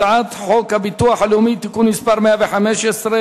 הצעת חוק הביטוח הלאומי (תיקון מס' 115),